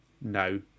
no